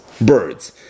birds